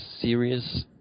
serious